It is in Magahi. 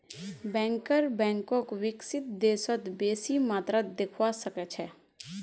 बैंकर बैंकक विकसित देशत बेसी मात्रात देखवा सके छै